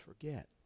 forget